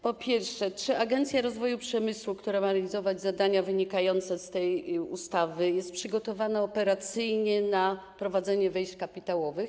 Po pierwsze, czy Agencja Rozwoju Przemysłu, która ma realizować zadania wynikające z tej ustawy, jest przygotowana operacyjnie na prowadzenie wejść kapitałowych?